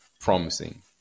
promising